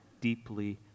deeply